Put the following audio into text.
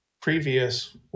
previous